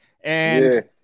and-